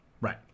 Right